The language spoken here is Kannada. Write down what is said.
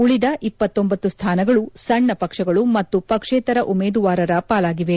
ಉಳಿದ ಸ್ಥಾನಗಳು ಸಣ್ಣ ಪಕ್ಷಗಳು ಮತ್ತು ಪಕ್ಷೇತರ ಉಮೇದುವಾರರ ಪಾಲಾಗಿವೆ